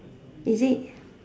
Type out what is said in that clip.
is it